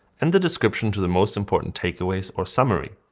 and the description to the most important takeaways or summary.